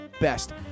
best